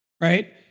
right